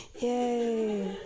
Yay